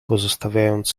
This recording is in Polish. pozostawiając